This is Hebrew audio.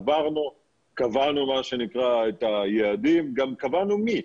עברנו, קבענו מה שנקרא את היעדים, גם קבענו מי.